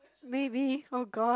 maybe oh god